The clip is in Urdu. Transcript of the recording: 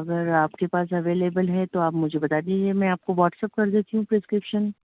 اگر آپ کے پاس اویلیبل ہے تو آپ مجھے بتا دیجیے میں آپ کو واٹس اپ کر دیتی ہوں پرسکرپشن